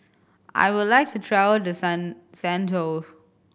I would like to travel to San Saint